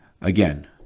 again